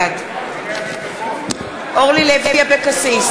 בעד אורלי לוי אבקסיס,